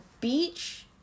beach